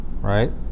right